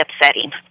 upsetting